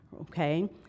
okay